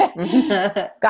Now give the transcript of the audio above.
God